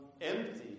empty